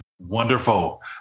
Wonderful